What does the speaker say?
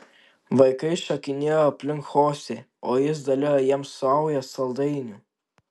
vaikai šokinėjo aplink chosė o jis dalijo jiems saujas saldainių